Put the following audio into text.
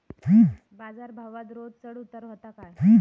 बाजार भावात रोज चढउतार व्हता काय?